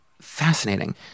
Fascinating